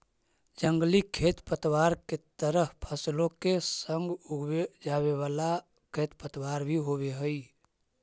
जंगली खेरपतवार के तरह फसलों के संग उगवे जावे वाला खेरपतवार भी होवे हई